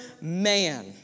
man